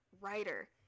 writer